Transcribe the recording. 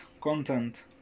content